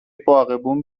باغبون